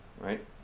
right